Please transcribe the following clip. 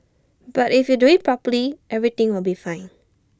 but if you do IT properly everything will be fine